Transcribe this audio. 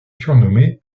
surnommé